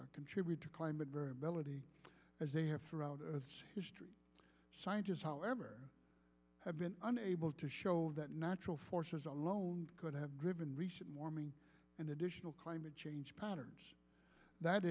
volcanoes contribute to climate variability as they have throughout history scientists however have been unable to show that natural forces alone could have driven recent warming and additional climate change patterns that